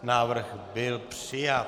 Návrh byl přijat.